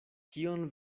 kion